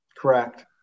Correct